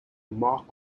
mark